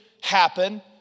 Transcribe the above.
happen